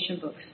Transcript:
books